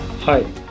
Hi